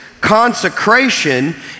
Consecration